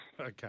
Okay